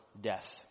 death